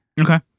Okay